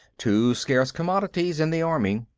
two scarce commodities in the army.